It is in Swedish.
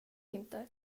inte